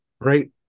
right